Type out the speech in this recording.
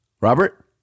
Robert